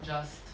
just